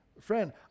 Friend